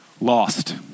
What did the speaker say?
lost